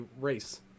race